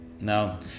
now